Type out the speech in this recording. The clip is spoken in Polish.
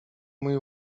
mój